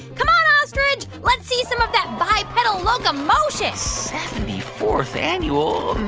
come on, ostrich. let's see some of that bipedal locomotion seventy-fourth annual?